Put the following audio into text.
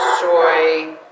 soy